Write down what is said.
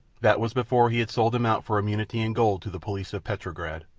that was before he had sold them out for immunity and gold to the police of petrograd.